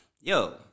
yo